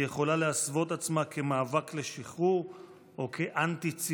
היא יכולה להסוות את עצמה כמאבק לשחרור או כאנטי-ציונות,